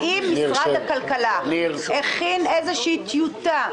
האם משרד הכלכלה הכין איזושהי טיוטה,